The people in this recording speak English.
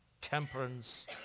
temperance